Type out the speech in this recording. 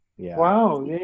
Wow